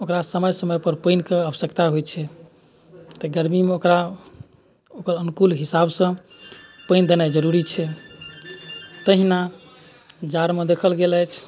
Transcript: ओकरा समय समयपर पानिके आवश्यकता होइ छै तऽ गरमीमे ओकरा ओकर अनूकूल हिसाबसँ पानि देनाइ जरूरी छै तहिना जाड़मे देखल गेल अछि